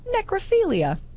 Necrophilia